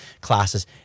classes